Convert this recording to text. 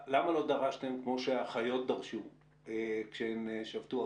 למה לא דרשתם - כמו שהאחיות דרשו כשהן שבתו.